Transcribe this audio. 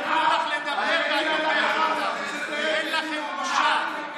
נתנו לך לדבר, אין לכם בושה.